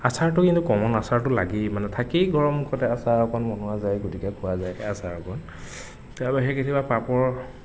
আচাৰটো কিন্তু কমন আচাৰটো লাগেই মানে থাকেই ঘৰত মুখতে আচাৰ অকণ বনোৱা যায় গতিকে পোৱা যায় আচাৰ অকণ তাৰ বাহিৰে কেতিযাবা পাপৰ